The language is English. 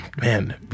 man